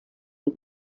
del